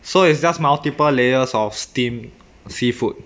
so it's just multiple layers of steamed seafood